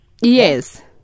Yes